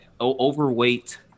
overweight